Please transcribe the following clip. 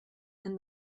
and